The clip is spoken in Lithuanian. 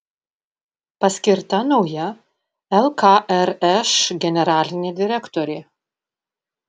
paskirta nauja lkrš generalinė direktorė